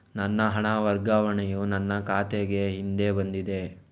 ನನ್ನ ಹಣ ವರ್ಗಾವಣೆಯು ನನ್ನ ಖಾತೆಗೆ ಹಿಂದೆ ಬಂದಿದೆ